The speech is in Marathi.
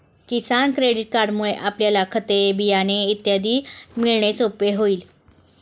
किसान क्रेडिट कार्डमुळे आपल्याला खते, बियाणे इत्यादी मिळणे सोपे होईल